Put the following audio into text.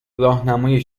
راهنمای